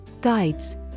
Guides